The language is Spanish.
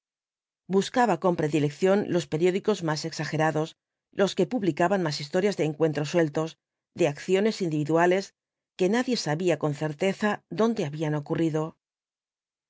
buscaba con predilección los periódicos más exagerados los que publicaban más historias de encuentros sueltos de acciones individuales que nadie sabía con certeza dónde habían ocurrido